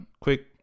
quick